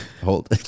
Hold